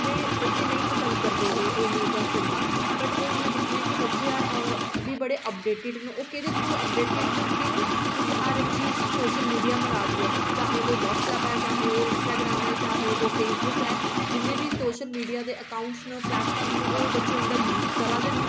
ते बच्चे नेईं पसंद करदे हे ओह् न्यूजां बट हून में दिक्खनी आं कि बच्चे बड़े अपडेटेड न ओह् क्यों क्योंकि हर इक चीज सोशल मीडिया पर आवै दी ऐ चाहे ओह् व्हाट्सएैप ऐ चाहे ओह् इंस्टाग्राम ऐ चाहे ओह् फेसबुक ऐ जिन्ने बी सोशल मीडिया दे प्लेटफार्म न बच्चे उं'दा यूज़ करै दे न